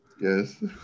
yes